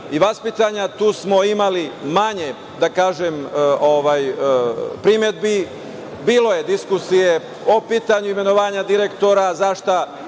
i vaspitanja, tu smo imali manje primedbi. Bilo je diskusije o pitanju imenovanja direktora, zašta